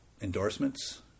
endorsements